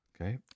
okay